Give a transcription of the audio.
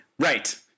Right